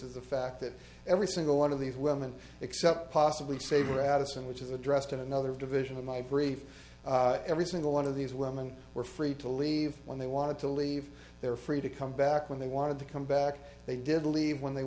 is the fact that every single one of these women except possibly save or addison which is addressed in another division of my brief every single one of these women were free to leave when they wanted to leave they are free to come back when they wanted to come back they did leave when they